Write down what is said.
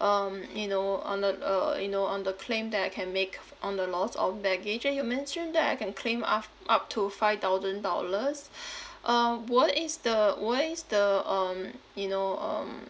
um you know on the uh you know on the claim that I can make f~ on the loss of baggage and you mentioned that I can claim af~ up to five thousand dollars um what is the what is the um you know um